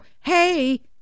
hey